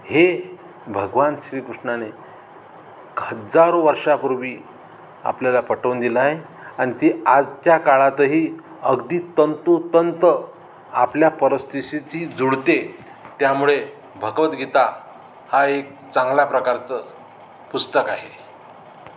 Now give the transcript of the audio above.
हे भगवान श्रीकृष्णाने ख हजारो वर्षापूर्वी आपल्याला पटवून दिलं आहे आणि ती आजच्या काळातही अगदी तंतोतंत आपल्या परिस्थितीशी जुळते त्यामुळे भगवद्गीता हा एक चांगला प्रकारचं पुस्तक आहे